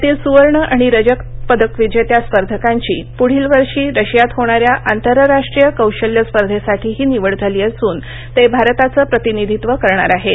यातील सुवर्ण आणि रजत पदक विजेत्या स्पर्धकांची पुढील वर्षी रशियात होणाऱ्या आंतरराष्ट्रीय कौशल्य स्पर्धेसाठीही निवड झाली असून ते भारताचं प्रतिनिधित्व करणार आहेत